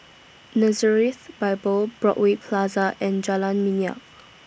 Nazareth Bible Broadway Plaza and Jalan Minyak